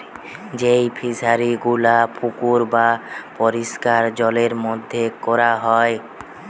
যেই ফিশারি গুলা পুকুর বা পরিষ্কার জলের মধ্যে কোরা হয়